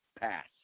pass